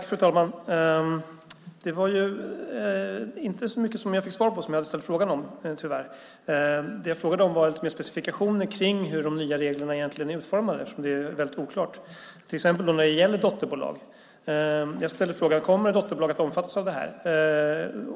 Fru talman! Det var tyvärr inte så mycket svar jag fick på det jag frågade om. Det jag frågade om gällde lite mer specifikationer kring hur de nya reglerna egentligen är utformade, eftersom det är väldigt oklart, till exempel när det gäller dotterbolag. Jag ställde frågan: Kommer dotterbolag att omfattas av det här?